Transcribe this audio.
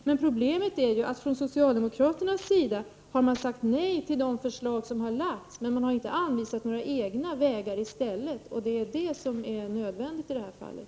Men problemet är att socialdemokraterna har sagt nej till de förslag som har lagts fram men inte anvisat några andra vägar i stället, och det är det som är nödvändigt i det här fallet.